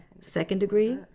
second-degree